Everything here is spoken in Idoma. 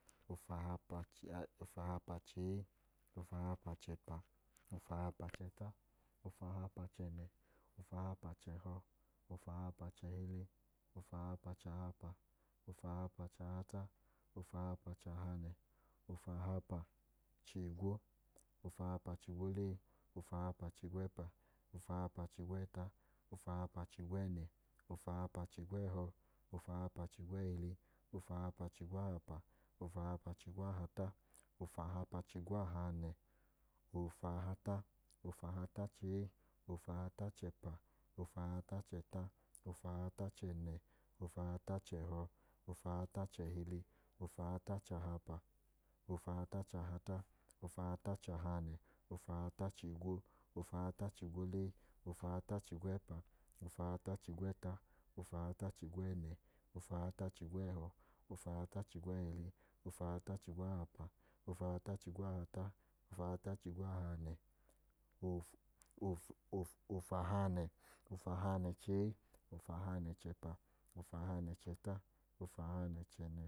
Ofahapa-cha ee, ofahapa-chee, ofahapa-chẹpa, ofahapa-chẹta, ofahapa-chẹnẹ, ofahapa-chẹhọ, ofahapa-chẹhili, ofahapa-chahapa, ofahapa-chahata, ofahapa-chahanẹ, ofahapa-chigwo, ofahapa-chigwolee, ofahapa-chigwẹpa, ofahapa-chigwẹta, ofahapa-chigwẹnẹ, ofahapa-chigwẹhọ, ofahapa-chigwẹhili, ofahapa-chigwahapa, ofahapa-chigwahata, ofahapa-chigwahanẹ, ofahata, ofahata-chee, ofahata-chẹpa, ofahata-chẹta, ofahata-chẹnẹ, ofahata-chẹhọ, ofahata-chẹhili, ofahata-chahapa, ofahata-chahata, ofahata-chahanẹ, ofahata-chigwo, ofahata-chigwolee, ofahata-chigwẹpa, ofahata-chigwẹta, ofahata-chigwẹnẹ, ofahata-chigwẹhọ, ofahata-chigwẹhili, ofahata-chigwahapa, ofahata-chigwahata, ofahata-chigwahanẹ, o, o, ofahanẹ, ofahanẹ, ofahanẹ-chee, ofahanẹ-chẹpa, ofahanẹ-chẹta, ofahanẹ-chẹnẹ